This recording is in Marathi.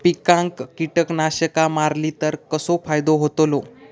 पिकांक कीटकनाशका मारली तर कसो फायदो होतलो?